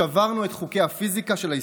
שברנו את חוקי הפיזיקה של ההיסטוריה.